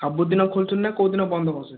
ସବୁଦିନ ଖୋଲୁଛନ୍ତି ନା କେଉଁଦିନ ବନ୍ଦ କରୁଛନ୍ତି